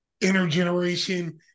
intergeneration